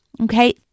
Okay